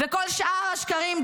כל שאר השקרים,